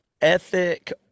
ethic